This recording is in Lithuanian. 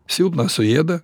silpną suėda